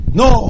no